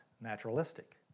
naturalistic